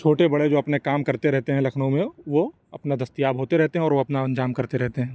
چھوٹے بڑے اپنے جو کام کرتے رہتے ہیں لکھنؤ میں وہ اپنے دستیاب ہوتے رہتے ہیں اور وہ اپنا انجام کرتے رہتے ہیں